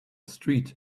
street